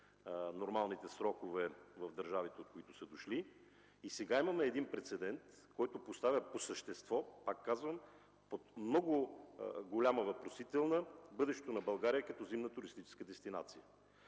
нормалните срокове в държавите, от които са дошли и сега имаме един прецедент, който поставя по същество, пак казвам, под много голяма въпросителна бъдещето на България като зимна туристическа дестинация.